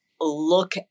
look